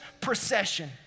procession